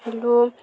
hello